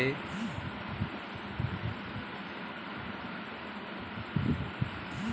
दूद ले दही, मही, घींव तो हमर पुरखा मन ह घलोक बनावत रिहिस हे